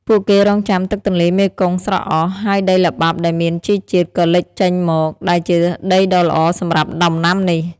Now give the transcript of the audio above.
ពួកគេរង់ចាំទឹកទន្លេមេគង្គស្រកអស់ ហើយដីល្បាប់ដែលមានជីជាតិក៏លេចចេញមក ដែលជាដីដ៏ល្អសម្រាប់ដំណាំនេះ។